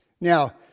Now